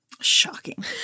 shocking